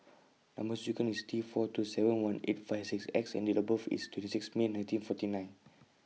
Number sequence IS T four two seven one eight five six X and Date of birth IS twenty six May nineteen forty nine